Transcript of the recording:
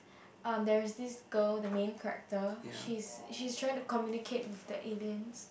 um there is this girl the main character she is she is trying to communicate with the aliens